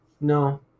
No